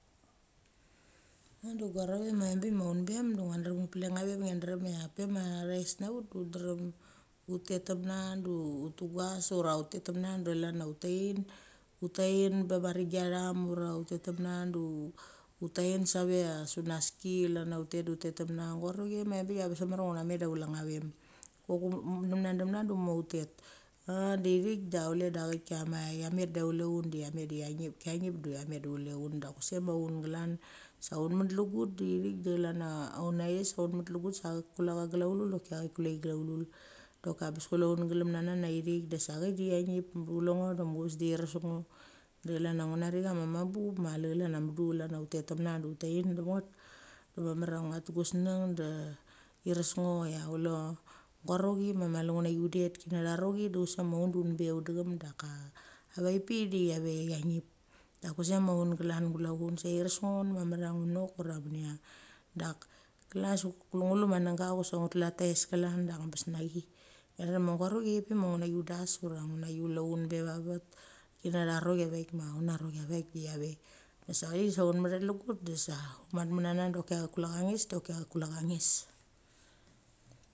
Ngo de guro vem a vem bik aunbem de ngia drem ngu pelek necha vem ngia drem cha pa ma thaes nacha ut du drem ut tet temnacha du ut tugas ura ut tet temnacha da chlan ia ut taen, ut taen pe va renggi atham ura ut tet tamnacha du ut taen save cha sunaski chlan ia ut taen save cha sunaski chlan ia ut tet du tet tamnacha gurovem a vem bik abes mamar a ngu nechment du chule necha vem. Kok ut mo demna, demna de utmo ut tet cha dethik de de chule de thik kiama cha met de chule un de cha met de cha nip, kia nip de cha met du chul un dek kusek ma un klan sa un met lugut de thik de chlan chia aunaes sa un met lugut sa chak kule glaulul. doki aik kule chi glaulul. Doki abes klue un glemna nana i thik de sa cheik da chanip du chule ngo de muchave de iresk ngo. Dechlam ia ngu nari cha ma mambu mali chlan mudu chlan ia utet temna da ut tain dam nget, de mamar ia ngia tuguesngn de iresk ngo ia chule gurochi ma mali ngu nachi un det da tharochi da, chusek ma un de unbe unde cham daka a vek pik de ia ve cha nip. Dak kusek ma un glan klue un, se iresk ngo mamar ia a ngunok ura menia. Da kule ngo lu ma nanga chusek ngu tulu a taes klan danang bes nachi gurochi ipik ma ngu nachi undes ura ngu nachi chule un be va vet. Da tha rochi vek ma unacha rochi vek de cha ve. Da sa thik de unme cha lugut de sa un metmenacha nacha do choki thek kule cha ngis do choki thek kule cha ngis.